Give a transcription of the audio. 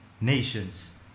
nations